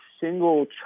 single